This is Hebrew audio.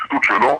ציטוט שלו,